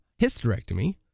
hysterectomy